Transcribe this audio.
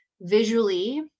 visually